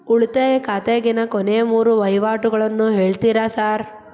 ಉಳಿತಾಯ ಖಾತ್ಯಾಗಿನ ಕೊನೆಯ ಮೂರು ವಹಿವಾಟುಗಳನ್ನ ಹೇಳ್ತೇರ ಸಾರ್?